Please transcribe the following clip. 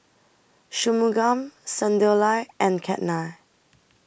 Shunmugam Sunderlal and Ketna